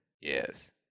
Yes